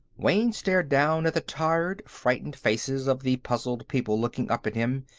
wayne stared down at the tired, frightened faces of the puzzled people looking up at him,